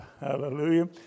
Hallelujah